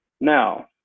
now